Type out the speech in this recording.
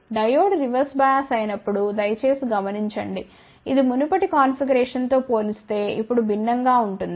diode reverse bias అయినప్పుడు దయచేసి గమనించండి ఇది మునుపటి కాన్ఫిగరేషన్తో పోలిస్తే ఇప్పుడు భిన్నంగా ఉంది